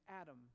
Adam